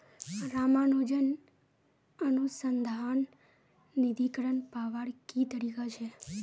रामानुजन अनुसंधान निधीकरण पावार की तरीका छे